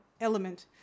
element